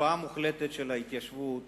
הקפאה מוחלטת של ההתיישבות